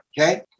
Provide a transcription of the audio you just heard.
Okay